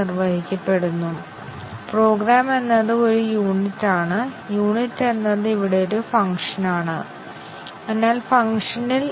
മറുവശത്ത് basic condition coverage വളരെ ദുർബലമായ പരിശോധനയാണ്